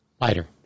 Lighter